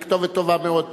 זה כתובת טובה מאוד,